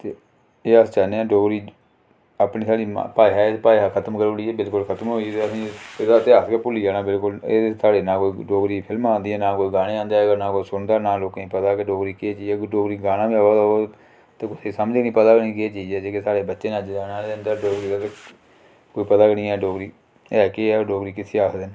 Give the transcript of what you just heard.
ते एह् अस चाहन्ने आं डोगरी अपनी साढ़ी भाशा ऐ एह् भाशा खतम करी ओड़ी बिल्कुल बिल्कुल खतम होई गेदी असें एहदा इतेहास गी भुल्ली जाना बिल्कुल एह्दे च ना कोई साढ़ी डोगरी च फिल्मां आंदी ना कोई गाने आंदे अज्जकल ना कोई सुनदा ना लोकें गी पता कि डोगरी केह् चीज कोई डोगरी गाना गै आवै ते ओह् उसी समझ गै नेईं पता गै नेईं केह् चीज ऐ जेह्के साढ़े बच्चे न अज्ज जाने आह्ले न कोई पता नी ऐ डोगरी ऐ केह् ऐ डोगरी किसी आखदे न